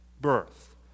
birth